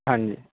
ਹਾਂਜੀ